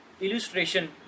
Illustration